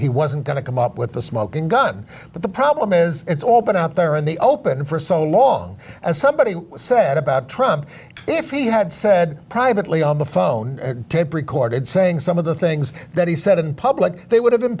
he wasn't going to come up with the smoking gun but the problem is it's all been out there in the open for so long and somebody said about trump if he had said privately on the phone tape recorded saying some of the things that he said in public they would have